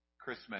Christmas